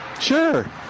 Sure